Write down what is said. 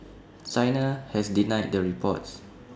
China has denied the reports